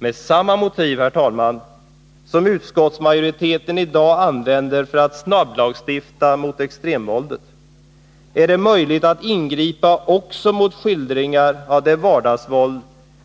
Med samma motiv som utskottsmajoriteten i dag använder för att snabblagstifta mot extremvåld är det möjligt att ingripa också mot skildringar av det vardagsvåld